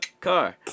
car